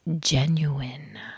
genuine